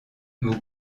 vous